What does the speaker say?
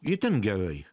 itin gerai